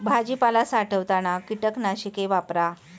भाजीपाला साठवताना कीटकनाशके वापरा